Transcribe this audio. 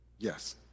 Yes